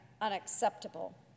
unacceptable